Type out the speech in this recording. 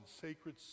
sacred